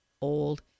old